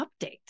updates